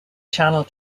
channel